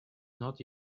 not